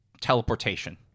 teleportation